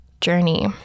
journey